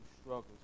struggles